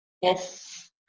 Yes